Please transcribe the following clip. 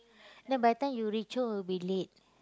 then by the time you reach home will be late